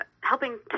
helping